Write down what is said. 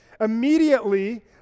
Immediately